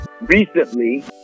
recently